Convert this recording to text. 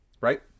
Right